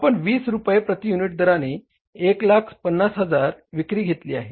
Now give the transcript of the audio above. आपण वीस रुपये प्रति युनिट दराने 150000 विक्री घेतली आहे